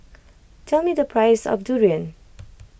tell me the price of durian